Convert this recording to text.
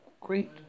great